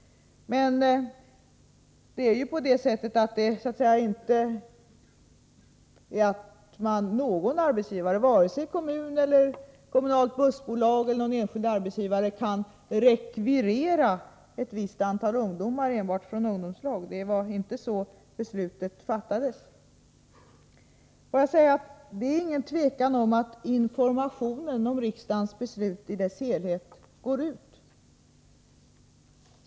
Men ingen arbetsgivare, vare sig kommunen — kommunala bussbolag etc. — eller någon enskild arbetsgivare, kan rekvirera ett visst antal ungdomar enbart från ungdomslag. Det var inte meningen med beslutet. Det råder inget tvivel om att informationen om riksdagens beslut i dess helhet går ut.